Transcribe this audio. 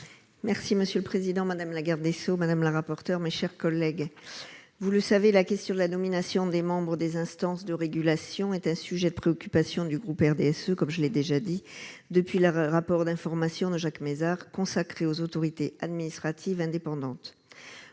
Merci monsieur le président, madame la garde des choses madame la rapporteure, mes chers collègues, vous le savez, la question de la nomination des membres des instances de régulation est un sujet de préoccupation du groupe RDSE, comme je l'ai déjà dit depuis leur rapport d'information de Jacques Mézard consacré aux autorités administratives indépendantes,